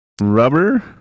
rubber